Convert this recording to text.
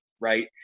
Right